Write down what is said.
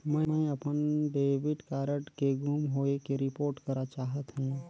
मैं अपन debit card के गुम होवे के रिपोर्ट करा चाहत हों